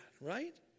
right